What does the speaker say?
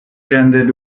ended